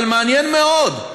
אבל מעניין מאוד,